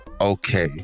okay